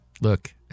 look